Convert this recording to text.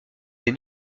des